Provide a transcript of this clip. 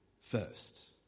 first